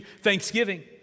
thanksgiving